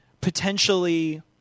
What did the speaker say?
potentially